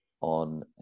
on